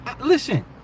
listen